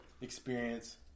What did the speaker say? Experience